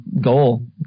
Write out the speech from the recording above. goal